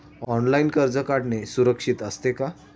Online कर्ज काढणे सुरक्षित असते का?